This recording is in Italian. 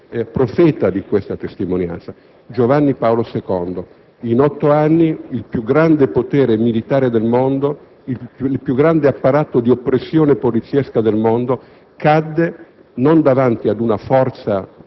profeta di questa testimonianza: Giovanni Paolo II. In otto anni il più grande potere militare del mondo, il più grande apparato di oppressione poliziesca del mondo cadde non davanti ad una forza fisica